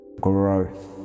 growth